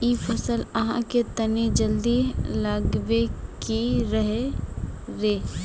इ फसल आहाँ के तने जल्दी लागबे के रहे रे?